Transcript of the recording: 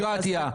הדמוקרטיה.